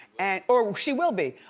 and or she will be.